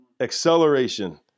Acceleration